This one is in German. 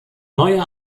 neue